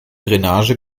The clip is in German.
drainage